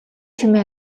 чимээ